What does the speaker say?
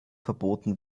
verboten